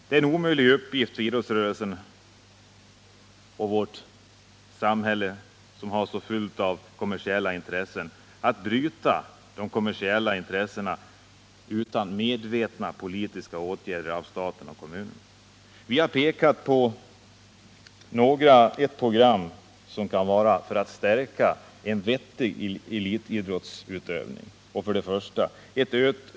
Det är en omöjlig uppgift för idrottsrörelsen att i vårt genomkommersialiserade samhälle bryta med kommersialismen utan medvetna politiska åtgärder av staten och kommunerna. Vi har pekat på några punkter i ett program för att stärka en vettig elitidrottsutövning: 1.